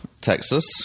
Texas